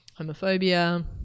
homophobia